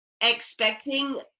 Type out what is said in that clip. expecting